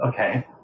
Okay